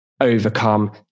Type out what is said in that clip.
overcome